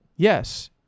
Yes